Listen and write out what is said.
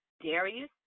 Darius